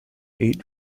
eight